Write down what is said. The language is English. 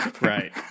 right